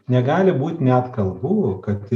negali būt net kalbų kad